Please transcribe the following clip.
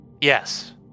Yes